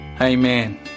Amen